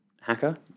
hacker